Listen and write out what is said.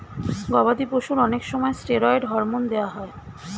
গবাদি পশুর অনেক সময় স্টেরয়েড হরমোন দেওয়া হয়